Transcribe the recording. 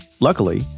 Luckily